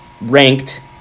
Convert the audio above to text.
ranked